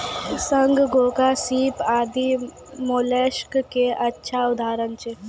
शंख, घोंघा, सीप आदि मोलस्क के अच्छा उदाहरण छै